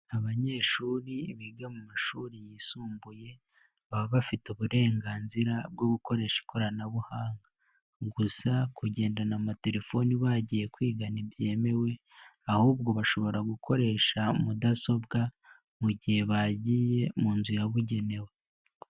Abanyeshuri biga mu mashuri yisumbuye, baba bafite uburenganzira bwo gukoresha ikoranabuhanga, gusa kugendana amatelefoni bagiye kwiga ntibyemewe ahubwo bashobora gukoresha mudasobwa mu gihe bagiye mu nzu yabugenewe.